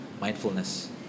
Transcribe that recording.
Mindfulness